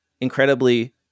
incredibly